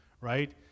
right